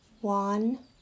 one